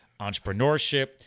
entrepreneurship